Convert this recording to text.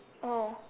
oh